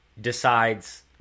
decides